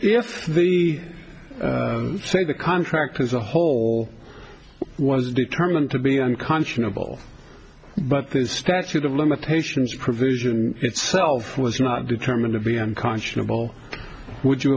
if they say the contract as a whole was determined to be unconscionable but the statute of limitations provision itself was not determined to be unconscionable would you